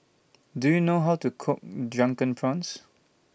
Do YOU know How to Cook Drunken Prawns